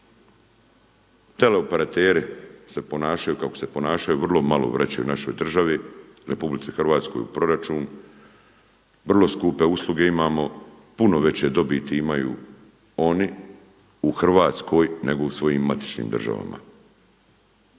Tele operateri se ponašaju kako se ponašaju, vrlo malo vraćaju našoj državi Republici Hrvatskoj u proračun, vrlo skupe usluge imamo, puno veće dobiti imaju oni u Hrvatskoj nego u svojim matičnim državama.